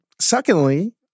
Secondly